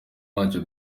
ntacyo